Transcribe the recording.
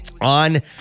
On